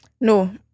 No